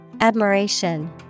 Admiration